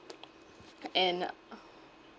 and uh